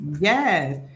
Yes